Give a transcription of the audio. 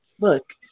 look